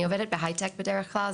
אני עובדת בהייטק בדרך כלל,